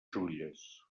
xulles